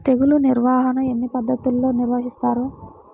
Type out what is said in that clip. తెగులు నిర్వాహణ ఎన్ని పద్ధతులలో నిర్వహిస్తారు?